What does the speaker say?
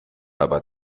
aber